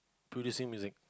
producing music